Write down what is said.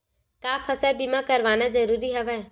का फसल बीमा करवाना ज़रूरी हवय?